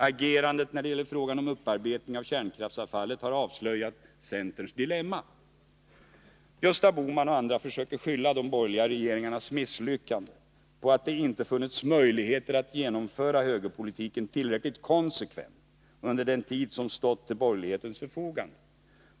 Agerandet när det gäller frågan om upparbetning av kärnkraftsavfallet har avslöjat centerns dilemma. Gösta Bohman och andra försöker skylla de borgerliga regeringarnas misslyckande på att det inte har funnits möjligheter att genomföra högerpolitiken tillräckligt konsekvent under den tid som har stått till borgerlighetens förfogande.